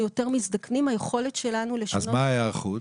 מזדקנים היכולת שלנו לשנות --- אז מה היא ההיערכות?